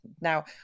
Now